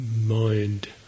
mind